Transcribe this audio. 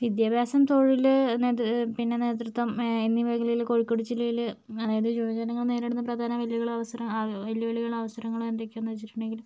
വിദ്യാഭ്യാസം തൊഴിൽ പിന്നെ നേതൃത്വം എന്നീ മേഖലയിൽ കോഴിക്കോട് ജില്ലയിൽ അതായത് യുവജനങ്ങൾ നേരിടുന്ന പ്രധാന വെല്ലുവിളികൾ അവസരങ്ങൾ വെല്ലുവിളികൾ അവസരങ്ങളും എന്തൊക്കെയാണെന്ന് വെച്ചിട്ടുണ്ടെങ്കിൽ